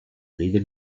little